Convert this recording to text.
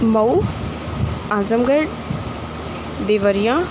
Mau Azamgarh Deoria